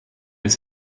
des